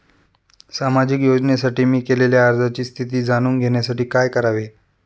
सामाजिक योजनेसाठी मी केलेल्या अर्जाची स्थिती जाणून घेण्यासाठी काय करावे?